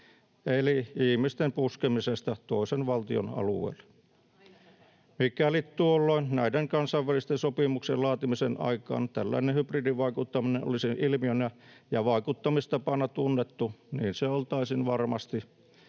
Sitä on aina tapahtunut!] Mikäli tuolloin, näiden kansainvälisten sopimuksien laatimisen aikaan, tällainen hybridivaikuttaminen olisi ilmiönä ja vaikuttamistapana tunnettu, niin se oltaisiin varmasti